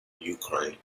ukraine